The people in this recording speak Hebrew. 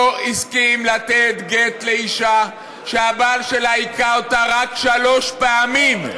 לא הסכים לתת גט לאישה שהבעל שלה הכה אותה רק שלוש פעמים.